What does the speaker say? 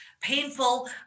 painful